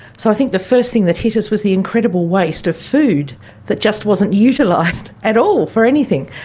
so i think the first thing that hit us was the incredible waste of food that just wasn't utilised at all for anything.